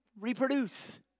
reproduce